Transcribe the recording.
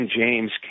James